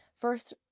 FIRST